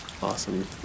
Awesome